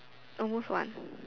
almost one